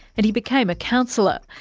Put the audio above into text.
and he became a counsellor.